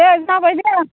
दे जाबाय दे